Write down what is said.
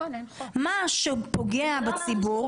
מה שפוגע בציבור,